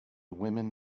women